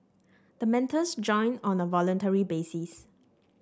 the mentors join on a voluntary basis